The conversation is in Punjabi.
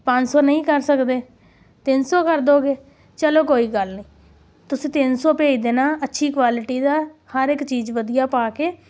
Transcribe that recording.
ਪੰਜ ਸੌ ਨਹੀਂ ਕਰ ਸਕਦੇ ਤਿੰਨ ਸੌ ਕਰ ਦੇਵੋਗੇ ਚਲੋ ਕੋਈ ਗੱਲ ਨਹੀਂ ਤੁਸੀਂ ਤਿੰਨ ਸੌ ਭੇਜ ਦੇਣਾ ਅੱਛੀ ਕੁਆਲਿਟੀ ਦਾ ਹਰ ਇੱਕ ਚੀਜ਼ ਵਧੀਆ ਪਾ ਕੇ